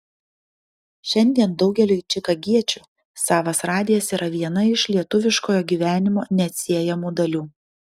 šiandien daugeliui čikagiečių savas radijas yra viena iš lietuviškojo gyvenimo neatsiejamų dalių